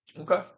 Okay